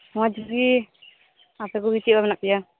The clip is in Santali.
ᱢᱚᱡᱜᱤ ᱟᱯᱮᱠᱩᱜᱤ ᱪᱮᱫᱞᱮᱠᱟ ᱢᱮᱱᱟᱜ ᱯᱮᱭᱟ